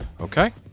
Okay